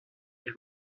est